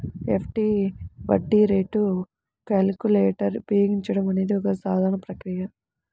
FD వడ్డీ rate calculator ఉపయోగించడం అనేది ఒక సాధారణ ప్రక్రియ